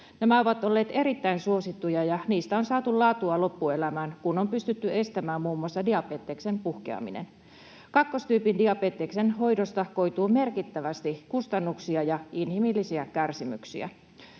Nämä ovat olleet erittäin suosittuja, ja niistä on saatu laatua loppuelämään, kun on pystytty estämään muun muassa diabeteksen puhkeaminen. Kakkostyypin diabeteksen hoidosta koituu merkittävästi kustannuksia ja inhimillisiä kärsimyksiä.